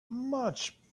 much